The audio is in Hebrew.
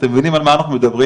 אתם מבינים על מה אנחנו מדברים,